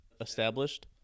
established